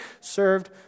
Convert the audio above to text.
Served